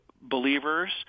believers